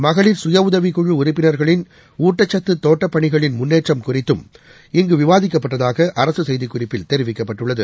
மகளிர் சுயஉதவிக் குழு உறுப்பினர்களின் ஊட்டச்சத்துதோட்டப் பணிகளின் முன்னேற்றம் குறித்தும் இந்தவிவாதிக்கப்பட்டதாகஅரசுசெய்திக்குறிப்பில் தெரிவிக்கப்பட்டுள்ளது